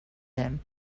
him